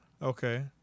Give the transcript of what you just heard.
Okay